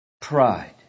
pride